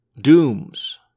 Doom's